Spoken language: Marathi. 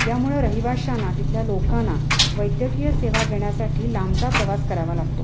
यामुळे रहिवाशांना तिथल्या लोकांना वैद्यकीय सेवा घेण्यासाठी लांबचा प्रवास करावा लागतो